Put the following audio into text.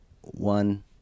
one